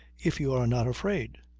if you are not afraid.